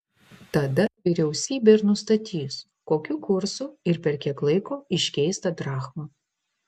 tada vyriausybė ir nustatys kokiu kursu ir per kiek laiko iškeis tą drachmą